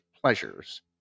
pleasures